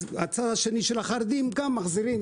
אז הצד השני של החרדים גם מחזיר.